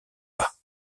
pas